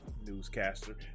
newscaster